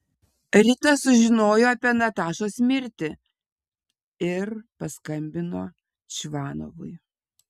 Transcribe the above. rita sužinojo apie natašos mirtį ir paskambino čvanovui